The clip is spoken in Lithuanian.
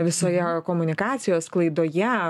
visoje komunikacijos sklaidoje